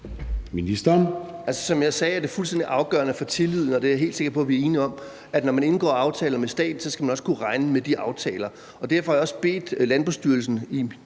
Ministeren.